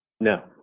No